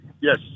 Yes